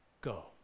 go